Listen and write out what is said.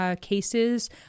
cases